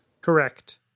correct